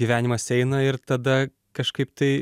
gyvenimas eina ir tada kažkaip tai